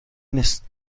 نیست